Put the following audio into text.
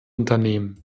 unternehmen